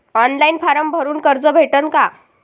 Online form भरून कर्ज भेटन का?